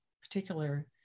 particular